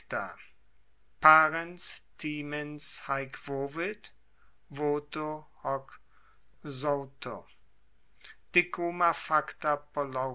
analogien so die